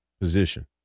position